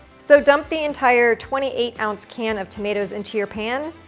so dump the entire twenty eight ounce can of tomatoes into your pan.